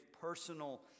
personal